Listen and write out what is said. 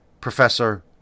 Professor